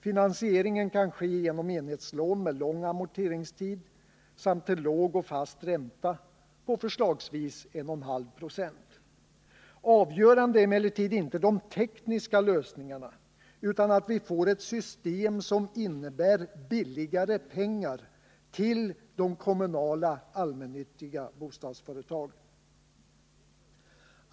Finansieringen kan ske genom enhetslån med lång amorteringstid samt till låg och fast ränta på förslagsvis 1,5 96. Avgörande är emellertid inte de tekniska lösningarna utan att vi får ett system som innebär ”billigare” pengar till de kommunala allmännyttiga bostadsföretagen.